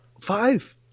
five